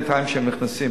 לפעמים כשהם נכנסים,